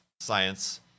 science